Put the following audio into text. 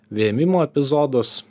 vėmimo epizodus